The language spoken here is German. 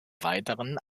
weiteren